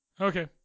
Okay